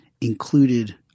included